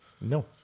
No